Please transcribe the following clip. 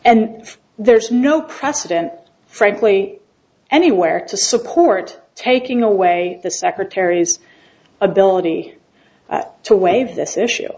and there's no precedent frankly anywhere to support taking away the secretary's ability to waive this issue